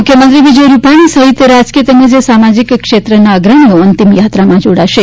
મુખ્યમંત્રી વિજયરૂપાણી સહિત રાજકીય તેમજ સામાજિક ક્ષેત્રના અગ્રણીઓ અંતિમ યાત્રામાં જોડાશે